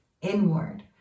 inward